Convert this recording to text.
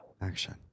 Action